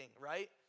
right